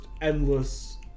endless